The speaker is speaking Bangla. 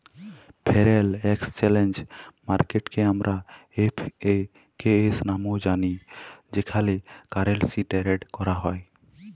ফ্যরেল একেসচ্যালেজ মার্কেটকে আমরা এফ.এ.কে.এস লামেও জালি যেখালে কারেলসি টেরেড ক্যরা হ্যয়